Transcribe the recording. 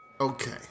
Okay